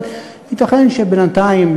אבל ייתכן שבינתיים,